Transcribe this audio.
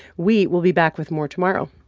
we will be back with more tomorrow.